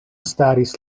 staris